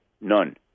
None